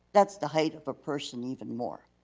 that's the height of a person even more.